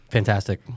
Fantastic